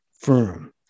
firm